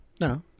No